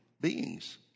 beings